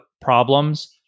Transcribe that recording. problems